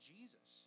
Jesus